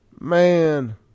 man